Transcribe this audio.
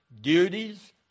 duties